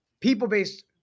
people-based